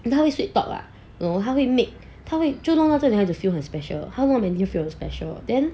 他会 sweet talk lah 他会 make 他会就弄到那女孩子 feel 很 special 他会弄到 mandy feel 很 special then